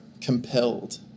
compelled